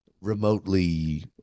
remotely